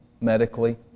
medically